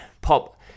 pop